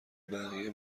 بقیه